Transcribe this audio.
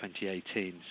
2018